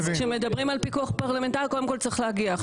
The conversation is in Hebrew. אז כשמדברים על פיקוח פרלמנטרי קודם כל צריך להגיע.